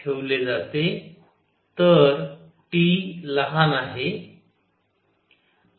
तर T लहान आहे